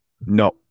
No